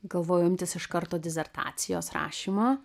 galvoju imtis iš karto disertacijos rašymo